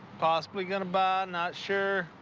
possibly gonna buy. not sure.